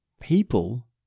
people